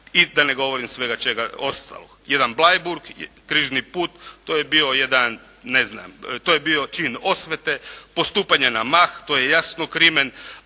i da ne govorim svega čega ostalog. Jedan Bleiburg, križni put to je bio jedan, ne znam, to je bio čin osvete. Postupanje na mah to je jasno krimen.